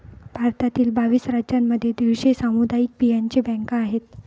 भारतातील बावीस राज्यांमध्ये दीडशे सामुदायिक बियांचे बँका आहेत